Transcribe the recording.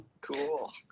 cool